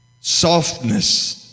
softness